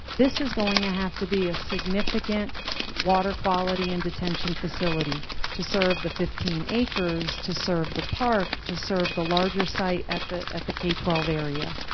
this is going to have to be a significant water quality and detention facility to serve the fifteen acres to serve the park to serve the larger site at the at the k twelve area.